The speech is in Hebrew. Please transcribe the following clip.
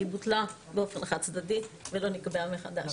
היא בוטלה באופן חד-צדדי ולא נקבעה מחדש.